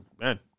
man